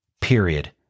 period